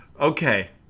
Okay